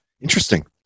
Interesting